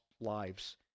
lives